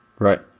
Right